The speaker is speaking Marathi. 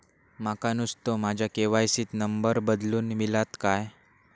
माका नुस्तो माझ्या के.वाय.सी त नंबर बदलून मिलात काय?